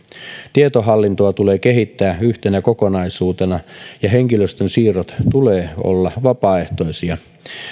tietohallintoa tulee kehittää yhtenä kokonaisuutena henkilöstön siirtojen tulee olla vapaaehtoisia